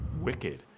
wicked